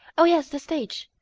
oh, yes, the stage.